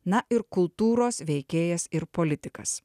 na ir kultūros veikėjas ir politikas